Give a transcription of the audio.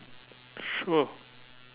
sure